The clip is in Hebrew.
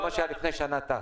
מי שקנה לפני שנה טס.